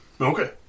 Okay